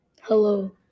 Hello